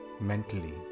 mentally